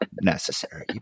necessary